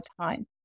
time